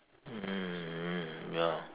um ya